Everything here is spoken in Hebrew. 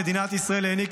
להעניק